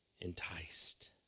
enticed